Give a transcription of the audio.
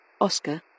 Oscar